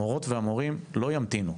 המורות והמורים לא ימתינו.